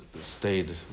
stayed